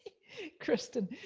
kristin,